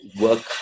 work